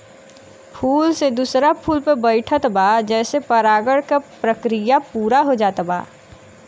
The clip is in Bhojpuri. फूल से दूसरा फूल पे बैठत बा जेसे परागण के प्रक्रिया पूरा हो जात बा